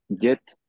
get